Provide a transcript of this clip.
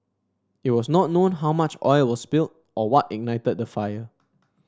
it was not known how much oil was spilled or what ignited the fire